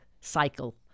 cycle